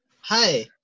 Hi